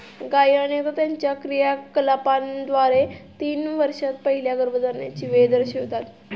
गायी अनेकदा त्यांच्या क्रियाकलापांद्वारे तीन वर्षांत पहिल्या गर्भधारणेची वेळ दर्शवितात